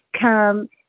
come